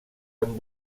amb